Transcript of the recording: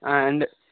ஆ இந்த